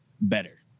better